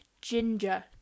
ginger